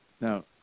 Now